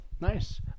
Nice